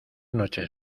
noches